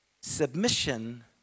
Submission